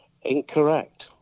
Incorrect